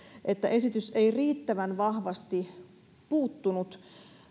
että esitys ei riittävän vahvasti puuttunut